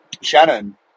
Shannon